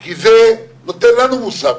כי זה נותן לנו מושג.